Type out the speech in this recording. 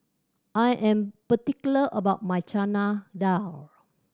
I am particular about my Chana Dal